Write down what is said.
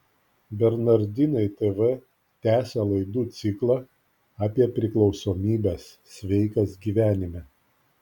bernardinai tv tęsia laidų ciklą apie priklausomybes sveikas gyvenime